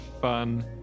fun